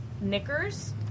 knickers